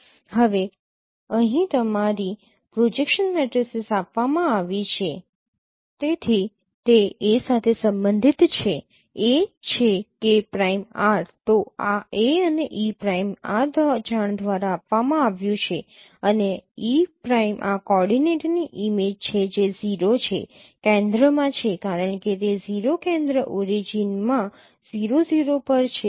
હવે અહીં તમારી પ્રોજેક્શન મેટ્રિસીસ આપવામાં આવી છે તેથી તે એ સાથે સંબંધિત છે A છે K પ્રાઇમ R તો આ A અને e પ્રાઇમ આ જાણ દ્વારા આપવામાં આવ્યું છે અને e પ્રાઈમ આ કોઓર્ડિનેટની ઇમેજ છે જે 0 છે કેન્દ્રમાં છે કારણ કે તે 0 કેન્દ્ર ઓરિજિનમાં 0 0 પર છે